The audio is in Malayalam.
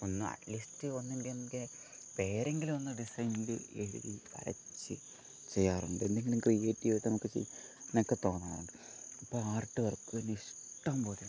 ഒന്നും അറ്റ്ലീസ്റ്റ് ഒന്നെങ്കിൽ എൻ്റെ പേരെങ്കിലും ഒന്ന് ഡിസൈൻ എഴുതി വരച്ച് ചെയ്യാറുണ്ട് എന്തെങ്കിലും ക്രീയേറ്റീവായിട്ട് നമുക്ക് ചെ നക്കെ തോന്നാറുണ്ട് ഇപ്പോൾ ആർട്ട് വർക്ക് തന്നെ ഇഷ്ടംപോലെ ഉണ്ട്